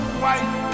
white